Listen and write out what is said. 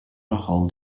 ahold